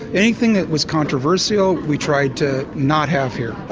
anything that was controversial we tried to not have here.